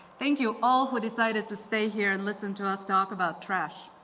thank you all who decided to stay here and listen to us talk about trash.